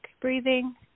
breathing